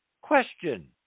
Question